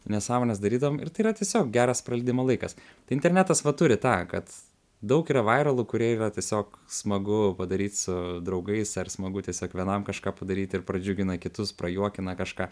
nesąmones darydavom ir tai yra tiesiog geras praleidimo laikas tai internetas va turi tą kad daug yra vairalų kurie yra tiesiog smagu padaryt su draugais ar smagu tiesiog vienam kažką padaryti ir pradžiugina kitus prajuokina kažką